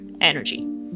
energy